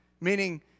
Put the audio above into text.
Meaning